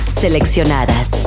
seleccionadas